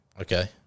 Okay